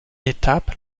étape